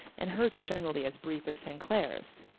and hers are generally as brief as st. clair's.